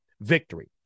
victory